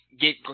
get